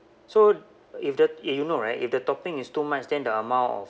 so if the eh you know right if the topping is too much then the amount of